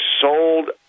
sold